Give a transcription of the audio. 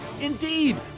Indeed